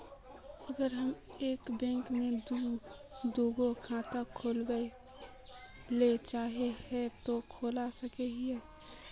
अगर हम एक बैंक में ही दुगो खाता खोलबे ले चाहे है ते खोला सके हिये?